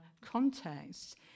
contexts